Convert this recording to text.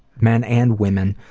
men and women,